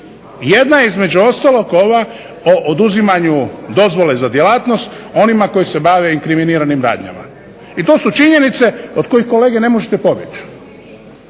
Jedna je između ostalog ova o oduzimanju dozvole za djelatnost onima koji se bave inkriminiranim radnjama. I to su činjenice od kojih kolege ne možete pobjeći.